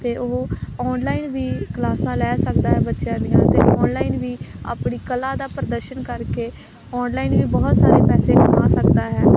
ਅਤੇ ਉਹ ਓਨਲਾਈਨ ਵੀ ਕਲਾਸਾਂ ਲੈ ਸਕਦਾ ਹੈ ਬੱਚਿਆਂ ਦੀਆਂ ਅਤੇ ਓਨਲਾਈਨ ਵੀ ਆਪਣੀ ਕਲਾ ਦਾ ਪ੍ਰਦਰਸ਼ਨ ਕਰਕੇ ਓਨਲਾਈਨ ਵੀ ਬਹੁਤ ਸਾਰੇ ਪੈਸੇ ਕਮਾ ਸਕਦਾ ਹੈ